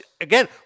Again